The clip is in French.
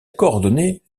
coordonner